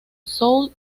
soul